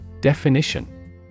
Definition